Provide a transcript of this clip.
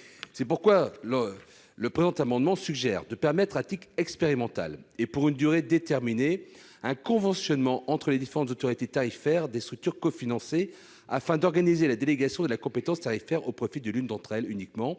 Cet amendement assez technique vise à permettre, à titre expérimental et pour une durée déterminée, un conventionnement entre les différentes autorités tarifaires des structures cofinancées afin d'organiser la délégation de la compétence tarifaire au profit de l'une d'entre elles uniquement,